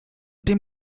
den